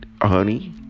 honey